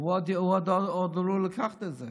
הוא עוד עלול לקחת את זה,